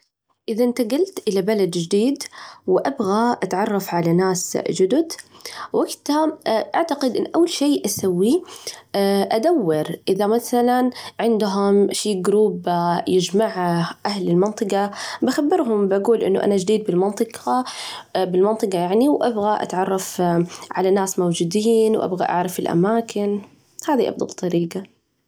إذا إنتجلت إلى بلد جديد وأبغى أتعرف على ناس جدد، وجتها أعتقد أن أول شيء أسويه أدور إذا مثلاً عندهم شي جروب يجمع أهل المنطقة، بخبرهم بقول: إنه أنا جديد بالمنطقة بالمنطجة يعني، وأبغى أتعرف على ناس موجودين، وأبغى أعرف الأماكن، هذه أفضل طريجة.